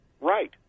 Right